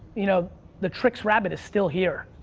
you know the trix rabbit is still here,